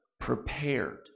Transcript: prepared